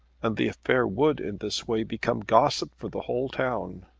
and the affair would in this way become gossip for the whole town.